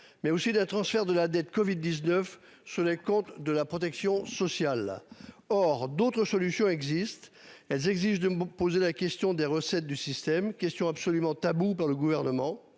Mais aussi d'un transfert de la dette. 19. Ce décompte de la protection sociale. Or, d'autres solutions existent, elles exigent de me poser la question des recettes du système question absolument taboue par le gouvernement.